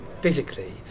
physically